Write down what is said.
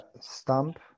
stamp